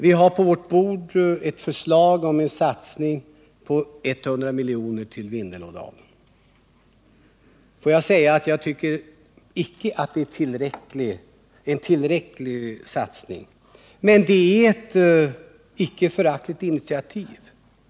Vi har på vårt bord ett förslag om en satsning på 100 milj.kr. till Vindelådalen. Får jag säga att jag inte tycker det är en tillräcklig satsning, men det är ett icke föraktligt initiativ.